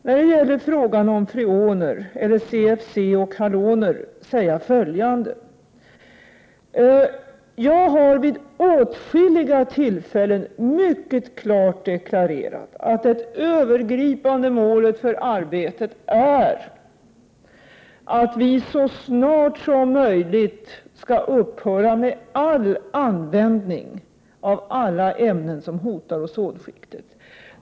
När det gäller frågan om freoner, eller CFC och haloner, vill jag säga följande: Jag har vid åtskilliga tillfällen mycket klart deklarerat att det övergripande målet för arbetet är att vi så snart som möjligt skall upphöra med all användning av alla ämnen som hotar ozonskiktet.